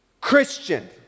Christian